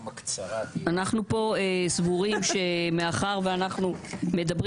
אנחנו פה סבורים שמאחר שאנחנו מדברים